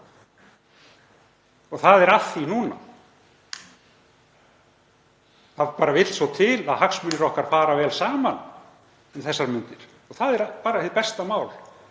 Það er að því núna. Það vill svo til að hagsmunir okkar fara vel saman um þessar mundir og það er bara hið besta mál.